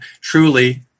Truly